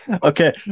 Okay